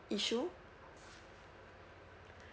issue